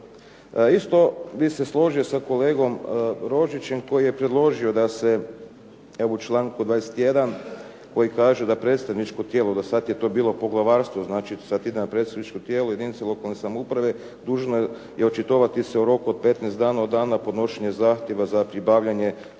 Isto bih se složio sa kolegom Rožićem koji je predložio da se evo, u članku 21. koji kaže da predstavničko tijelo, do sad je to bilo poglavarstvo, znači sad ide na predstavničko tijelo, jedinice lokalne samouprave, dužno je očitovati se u roku od 15 dana od dana podnošenja zahtjeva za pribavljanje